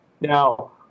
Now